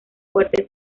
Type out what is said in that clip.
fuerte